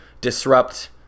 disrupt